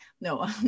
No